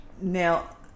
Now